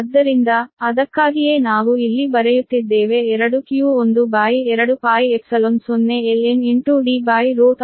ಆದ್ದರಿಂದ ಅದಕ್ಕಾಗಿಯೇ ನಾವು ಇಲ್ಲಿ ಬರೆಯುತ್ತಿದ್ದೇವೆ 2q12π0ln Dr1r2 ವೋಲ್ಟ್